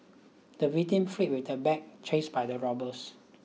the victim fled with the bag chased by the robbers